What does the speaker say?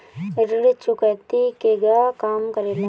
ऋण चुकौती केगा काम करेले?